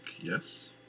yes